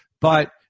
But-